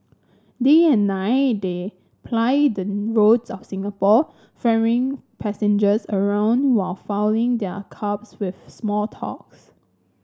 day and night they ply the roads of Singapore ferrying passengers around while filling their cabs with small talks